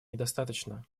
недостаточно